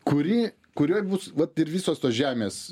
kuri kurioj bus vat ir visos tos žemės